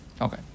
okay